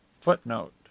Footnote